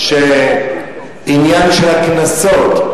בעניין הקנסות,